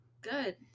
Good